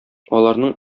аларның